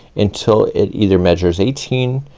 until it either measures eighteen,